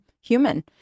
human